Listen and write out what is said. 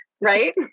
right